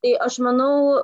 tai aš manau